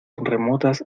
remotas